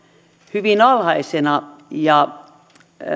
hyvin alhaisena ja